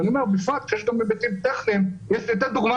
ואני אומר בפרט שיש גם היבטים טכניים ואתן דוגמה